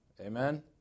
Amen